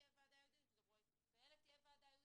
תהיה ועדה ייעודית וכולי כי שם